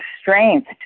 strength